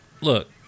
look